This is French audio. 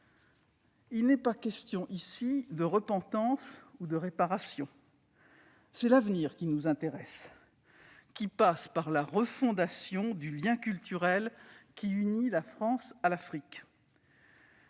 Il n'est pas question ici de repentance ou de réparation. C'est l'avenir qui nous intéresse, et il passe par la refondation du lien culturel qui unit la France à l'Afrique.